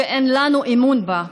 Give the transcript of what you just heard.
שאין לנו אמון בה,